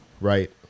right